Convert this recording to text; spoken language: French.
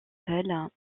sel